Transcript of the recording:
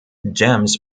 gems